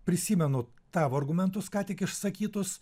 prisimenu tavo argumentus ką tik išsakytus